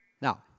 Now